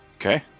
Okay